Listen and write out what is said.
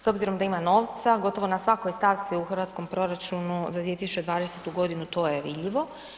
S obzirom da ima novca gotovo na svakoj stavci u hrvatskom proračunu za 2020. godinu to je vidljivo.